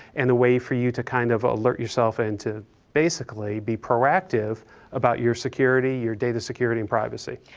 and the way for you to kind of alert yourself, and to basically be proactive about your security, your data security and privacy.